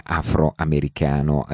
afroamericano